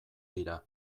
dira